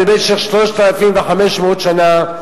במשך 3,500 שנה.